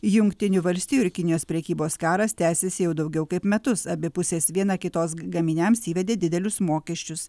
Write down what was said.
jungtinių valstijų ir kinijos prekybos karas tęsiasi jau daugiau kaip metus abi pusės viena kitos ga gaminiams įvedė didelius mokesčius